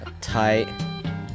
tight